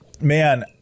Man